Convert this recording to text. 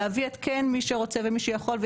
להביא את כן מי שרוצה ומי שיכול,